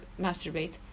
masturbate